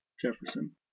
Jefferson